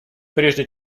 прежде